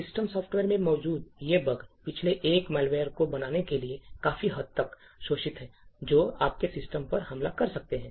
system software में मौजूद ये बग पिछले एक मैलवेयर को बनाने के लिए काफी हद तक शोषित हैं जो आपके सिस्टम पर हमला कर सकते हैं